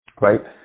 right